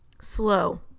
slow